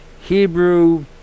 Hebrew